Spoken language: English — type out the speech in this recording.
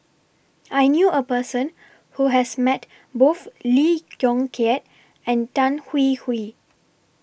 I knew A Person Who has Met Both Lee Yong Kiat and Tan Hwee Hwee